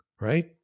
right